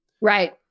Right